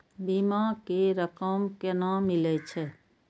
बीमा के रकम केना मिले छै?